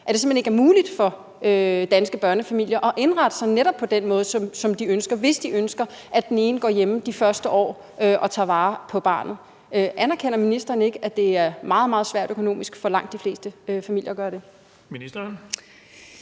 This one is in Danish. hen ikke muligt for danske børnefamilier at indrette sig på netop den måde, som de ønsker, hvis de ønsker, at den ene går hjemme og tager vare på barnet de første år. Anerkender ministeren ikke, at det er meget, meget svært økonomisk for langt de fleste familier at gøre det?